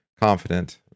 confident